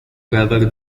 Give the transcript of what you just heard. rather